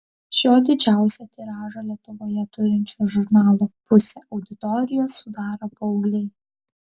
šio didžiausią tiražą lietuvoje turinčio žurnalo pusę auditorijos sudaro paaugliai